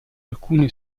alcune